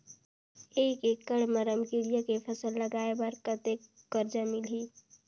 एक एकड़ मा रमकेलिया के फसल लगाय बार कतेक कर्जा मिलही?